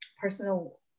personal